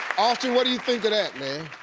austin, what do you think of that, man?